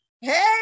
Hey